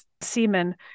semen